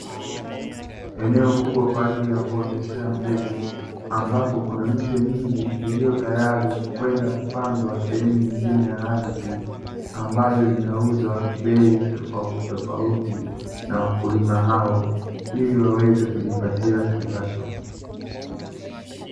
Eneo kubwa kwa ajili ya kuoteshea mbegu, ambapo kuna miche mingi iliyo tayari kwenda kupandwa sehemu nyingine ya ardhi, ambayo inauzwa bei tofautitofauti na wakulima hao, ili waweze kujipatia kipato.